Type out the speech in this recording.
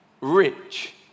rich